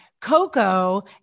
Coco